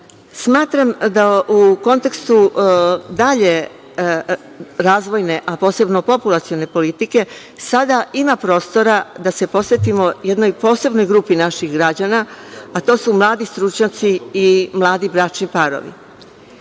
smatram da u kontekstu dalje razvojne, a posebno populacione politike sada ima prostora da se posvetimo jednoj posebnoj grupi naših građana, a to su mladu stručnjaci i mladi bračni parovi. Podaci